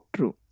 True